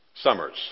summers